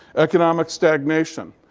economic stagnation.